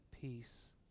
peace